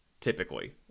typically